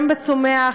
גם בצומח,